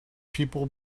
people